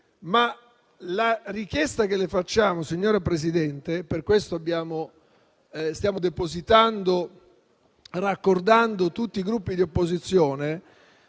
La richiesta che le rivolgiamo, signora Presidente - e per questo stiamo raccordando tutti i Gruppi di opposizione